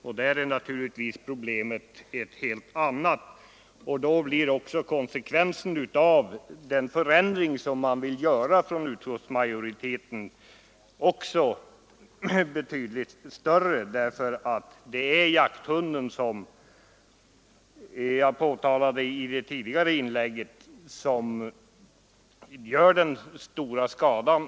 I det avseendet är problemet ett helt annat, och därvidlag blir också konsekvenserna av den förändring som utskottsmajoriteten vill genomföra betydligt större. Som jag framhållit i ett tidigare inlägg är det jakthunden som gör den stora skadan.